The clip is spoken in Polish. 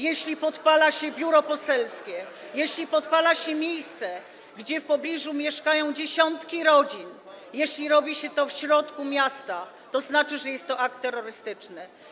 Jeśli podpala się biuro poselskie, jeśli podpala się miejsce, gdzie w pobliżu mieszkają dziesiątki rodzin, jeśli robi się to w środku miasta, to znaczy, że jest to akt terrorystyczny.